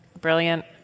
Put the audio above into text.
brilliant